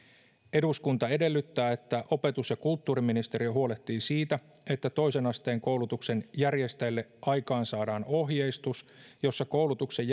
eduskunta edellyttää että opetus ja kulttuuriministeriö huolehtii siitä että toisen asteen koulutuksen järjestäjille aikaansaadaan ohjeistus jossa koulutuksen